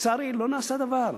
לא נעשה דבר,